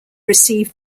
received